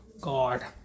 God